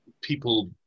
people